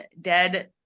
dead